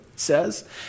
says